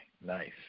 Nice